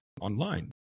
online